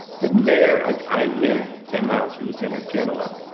the mayor, i live ten miles from the center of genoa,